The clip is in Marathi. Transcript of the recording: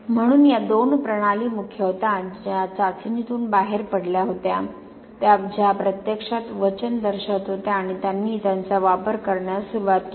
म्हणून या दोन प्रणाली मुख्य होत्या ज्या चाचणीतून बाहेर पडल्या होत्या ज्या प्रत्यक्षात वचन दर्शवित होत्या आणि त्यांनी त्यांचा वापर करण्यास सुरुवात केली